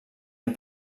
amb